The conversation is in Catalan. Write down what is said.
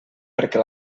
perquè